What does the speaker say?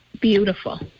beautiful